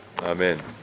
Amen